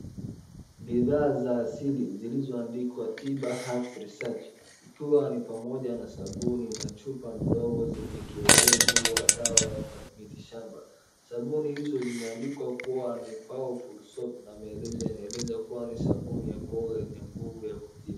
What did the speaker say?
Bidhaa za asili zilizoandikwa Tiba Herbs Research , ikiwa ni pamoja na sabuni na chupa ndogo zenye kioevu wa dawa ya miti shamba. Sabuni hizo zimeandikwa kuwa ni powerful soap na maelezo yanaeleza kuwa ni sabuni ya kuoga yenye nguvu ya kutibu.